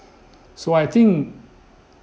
so I think